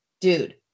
dude